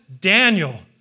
Daniel